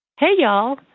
hey, y'all.